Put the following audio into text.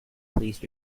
please